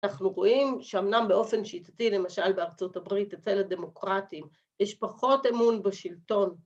‫אנחנו רואים שאמנם באופן שיטתי, ‫למשל בארצות הברית, אצל הדמוקרטים, ‫יש פחות אמון בשלטון.